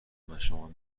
مشامم